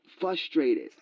frustrated